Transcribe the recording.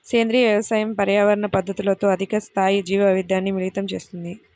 సేంద్రీయ వ్యవసాయం పర్యావరణ పద్ధతులతో అధిక స్థాయి జీవవైవిధ్యాన్ని మిళితం చేస్తుంది